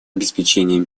обеспечения